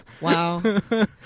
Wow